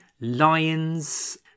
lions